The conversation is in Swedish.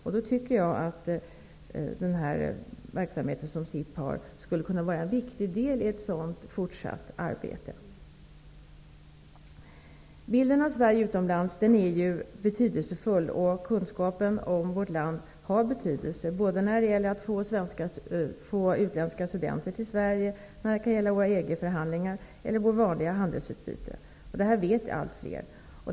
Därför tycker jag att den verksamhet som SIP bedriver skulle kunna vara en viktig del i ett sådant fortsatt arbete. Bilden av Sverige utomlands är betydelsefull, och kunskapen om vårt land har betydelse både när det gäller att få utländska studenter till Sverige och när det gäller våra EG-förhandlingar eller vårt vanliga handelsutbyte. Detta vet allt fler.